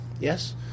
Yes